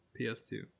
PS2